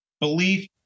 belief